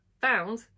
found